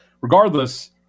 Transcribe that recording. regardless